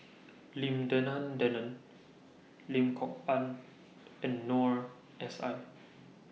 Lim Denan Denon Lim Kok Ann and Noor S I